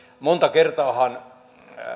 monta kertaahan